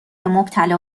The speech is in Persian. مبتلا